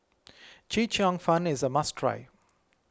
Chee Cheong Fun is a must try